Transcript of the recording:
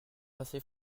assez